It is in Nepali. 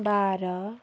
बाह्र